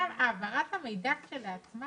העברת המידע כשלעצמה